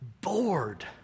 bored